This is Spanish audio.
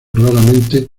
raramente